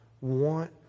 want